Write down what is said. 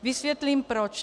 Vysvětlím proč.